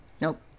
Nope